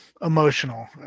emotional